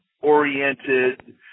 oriented